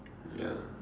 ya